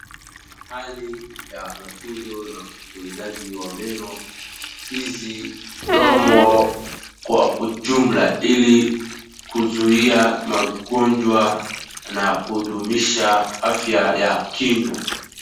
Ni mahali ya matunzo na utunzaji wa meno, hizi mdomo kwa ujumla ili kuzuia magonjwa na kudumisha afya ya kinywa.